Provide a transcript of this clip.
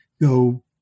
go